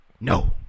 No